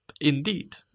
Indeed